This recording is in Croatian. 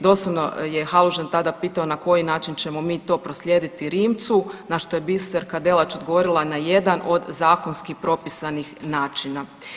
Doslovno je Halužan tada pitao na koji način ćemo mi to proslijediti Rimcu, na to što je Biserka Delač odgovorila na jedan od zakonskih propisanih načina.